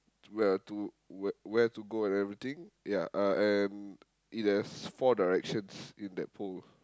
where to where where to go and everything ya uh and it has four directions in that pole